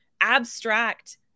abstract